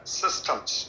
systems